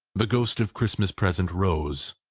the ghost of christmas present rose.